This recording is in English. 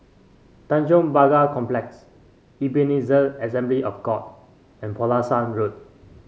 Tanjong Pagar Complex Ebenezer Assembly of God and Pulasan Road